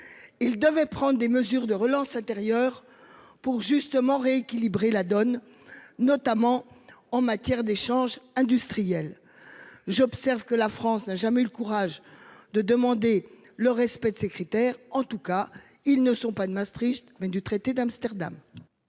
Il devait prendre des mesures de relance intérieure pour justement rééquilibrer la donne, notamment en matière d'échanges industriels. J'observe que la France n'a jamais eu le courage de demander le respect de ces critères. En tout cas ils ne sont pas de Maastricht mais du traité d'Amsterdam.